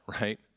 right